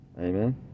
Amen